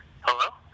Hello